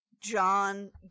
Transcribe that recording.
John